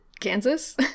Kansas